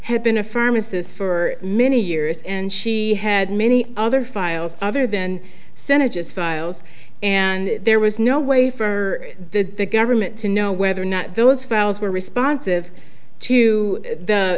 had been a pharmacist for many years and she had many other files other than synergise files and there was no way for the government to know whether or not those files were responsive to